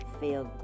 feel